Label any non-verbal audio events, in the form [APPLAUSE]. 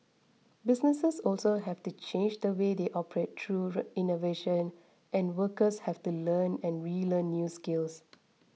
businesses also have to change the way they operate through [UNINTELLIGIBLE] innovation and workers have to learn and relearn new skills